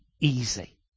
easy